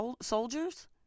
soldiers